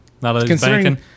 considering